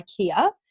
ikea